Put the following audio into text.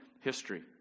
history